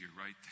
right